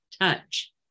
touch